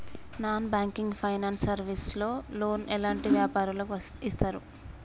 Non banking finance service లో loan ఎలాంటి వ్యాపారులకు ఇస్తరు?